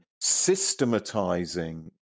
systematizing